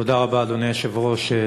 תודה רבה, אדוני היושב-ראש.